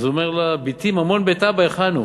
אז הוא אומר לה: ממון בית אבא, היכן הוא?